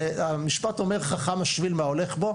המשפט אומר חכם השביל מההולך בו.